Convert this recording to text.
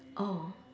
oh